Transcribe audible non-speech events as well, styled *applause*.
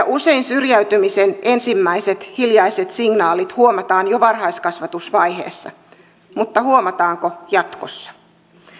*unintelligible* usein syrjäytymisen ensimmäiset hiljaiset signaalit huomataan jo varhaiskasvatusvaiheessa mutta huomataanko jatkossa